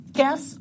guess